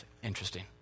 Interesting